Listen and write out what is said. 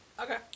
Okay